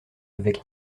avec